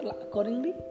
accordingly